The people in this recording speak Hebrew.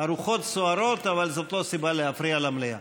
הרוחות סוערות אבל זאת לא סיבה להפריע למליאה,